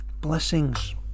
blessings